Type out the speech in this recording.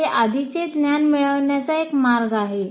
" हे आधीचे ज्ञान मिळवण्याचा एक मार्ग आहे